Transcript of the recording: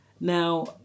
Now